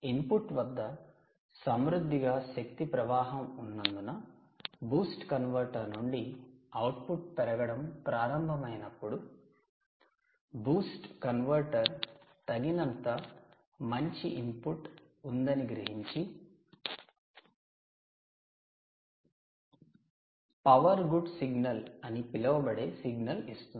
input వద్ద సమృద్ధిగా శక్తి ప్రవాహం ఉన్నందున 'బూస్ట్ కన్వర్టర్' 'boost convertor' నుండి అవుట్పుట్ పెరగడం ప్రారంభమైనప్పుడు బూస్ట్ కన్వర్టర్ 'boost convertor' తగినంత మంచి ఇన్పుట్ ఉందని గ్రహించి పవర్ గుడ్ సిగ్నల్ అని పిలువబడే సిగ్నల్ ఇస్తుంది